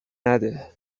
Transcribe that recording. نده